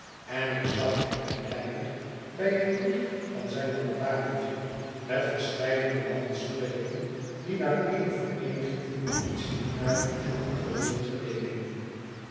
en ik zag mijn geleider bij het licht van zijn lantaarntje met verscheidene mannen spreken die naar eene vereeniging van politiedienaren en matrozen geleken